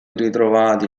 ritrovati